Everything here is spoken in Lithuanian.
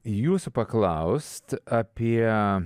jūsų paklaust apie